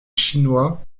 chinois